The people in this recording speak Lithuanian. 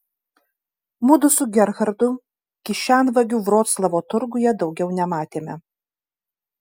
mudu su gerhardu kišenvagių vroclavo turguje daugiau nematėme